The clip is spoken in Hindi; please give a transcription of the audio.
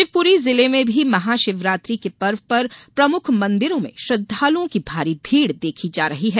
शिवप्री जिले में भी महाशिवरात्रि के पर्व पर प्रमुख मंदिरों में श्रद्वालुओं की भारी भीड देखी जा रही है